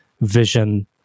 vision